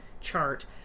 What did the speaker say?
chart